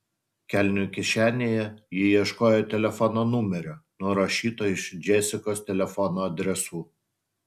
kelnių kišenėje ji ieškojo telefono numerio nurašyto iš džesikos telefono adresų